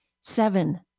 Seven